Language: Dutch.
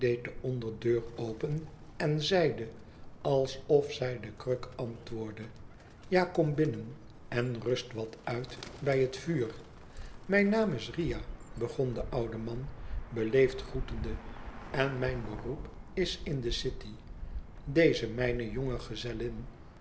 de onderdeur open en zeide adsof zij de kruk antwoordde ja kom binnen en rust wat uit bij het vuur mijn naam isriah begon de oude man beleefd groetende en mijn beroep is in de city deze mijne jonge gezellin